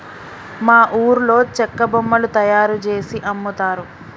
మా ఊర్లో చెక్క బొమ్మలు తయారుజేసి అమ్ముతారు